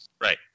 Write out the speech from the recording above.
Right